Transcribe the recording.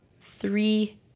three